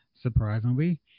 surprisingly